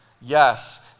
Yes